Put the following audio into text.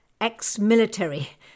Ex-military